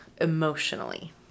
emotionally